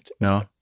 No